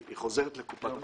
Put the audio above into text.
היא חוזרת לקופת החולים.